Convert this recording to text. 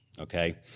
Okay